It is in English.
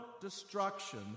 destruction